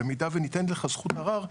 במידה וניתנת לך זכות ערר,